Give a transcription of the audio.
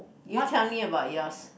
you tell me about yours